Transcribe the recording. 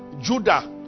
Judah